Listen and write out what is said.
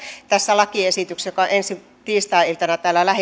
tässä lakiesityksessä joka on ensi tiistai iltana täällä